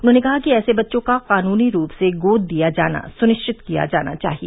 उन्होंने कहा कि ऐसे बच्चों का कानूनी रूप से गोद दिया जाना सुनिश्चित किया जाना चाहिए